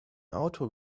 auto